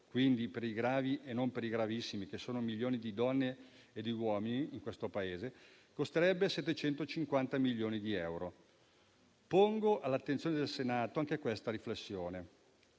quindi per i gravi e non per i gravissimi, che sono milioni di donne e di uomini in questo Paese, costerebbe 750 milioni di euro. Pongo all'attenzione del Senato anche questa riflessione: